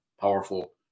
powerful